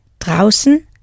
draußen